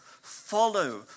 Follow